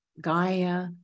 Gaia